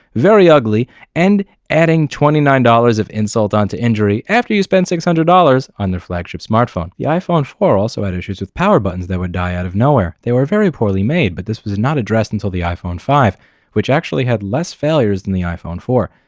very ugly and adding twenty nine dollars of insult on to injury after you spend six hundred dollars on their flagship smartphone. the iphone four also had issues with power buttons that would die out of nowhere. they were very poorly made, but this was not addressed until the iphone five which actually had less failures than the iphone four.